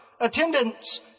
attendance